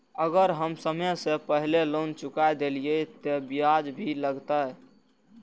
अगर हम समय से पहले लोन चुका देलीय ते ब्याज भी लगते?